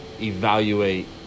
evaluate